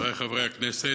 חברי חברי הכנסת,